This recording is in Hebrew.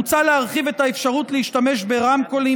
מוצע להרחיב את האפשרות להשתמש ברמקולים